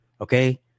okay